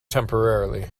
temporarily